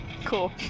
Cool